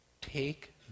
take